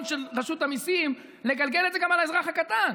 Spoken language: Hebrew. של רשות המיסים לגלגל את זה גם על האזרח הקטן,